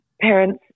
parents